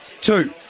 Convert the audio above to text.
Two